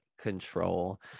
control